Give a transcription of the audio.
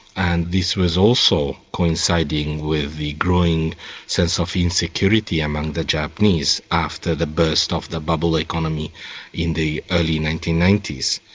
and this was also coinciding with the growing sense of insecurity among the japanese after the burst of the bubble economy in the early nineteen ninety s.